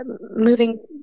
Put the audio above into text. moving